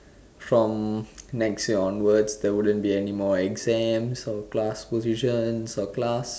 from next year onwards there wouldn't be anymore exams or class positions for class